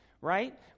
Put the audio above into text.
right